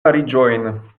fariĝojn